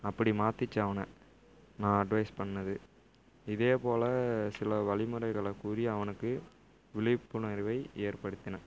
அப்படி மாத்துச்சு அவனை நான் அட்வைஸ் பண்ணிணது இதேபோல் சில வழிமுறைகளை கூறி அவனுக்கு விழிப்புணர்வை ஏற்படுத்தினேன்